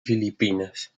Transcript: filipinas